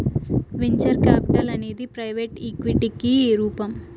venture capital అనేది private ఈక్విటికి రూపం